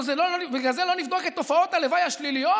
בגלל זה לא נבדוק את תופעות הלוואי השליליות?